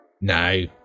no